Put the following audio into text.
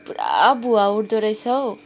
पुरा भुवा उठ्दो रहेछ हौ